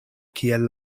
kiel